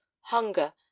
hunger